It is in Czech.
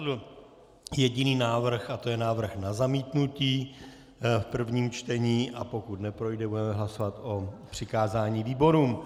Padl jediný návrh a to je návrh na zamítnutí v prvním čtení, a pokud neprojde, budeme hlasovat o přikázání výborům.